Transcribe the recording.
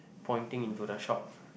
pointing into the shop